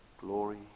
glory